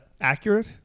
accurate